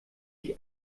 ich